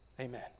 Amen